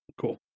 Cool